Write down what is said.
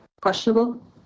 questionable